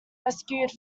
rescued